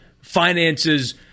finances